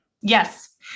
Yes